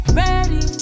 ready